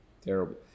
terrible